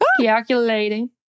Calculating